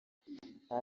nta